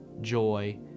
joy